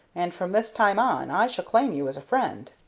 and from this time on i shall claim you as a friend.